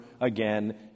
again